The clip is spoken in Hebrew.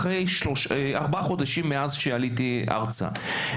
שלושה-ארבעה חודשים מאז עליתי ארצה.